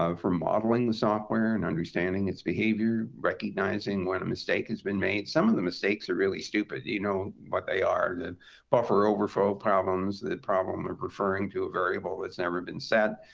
for modeling the software, and understanding its behavior, recognizing when a mistake has been made. some of the mistakes are really stupid. you know what they are, the buffer overflow problems, the problem of referring to a variable that's never been set,